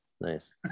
Nice